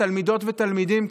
תלמידות ותלמידים,